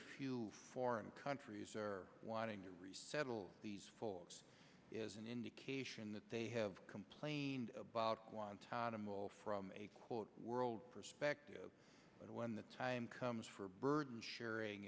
few foreign countries are wanting to resettle these folks is an indication that they have complained about guantanamo from a quote world perspective when the time comes for burden sharing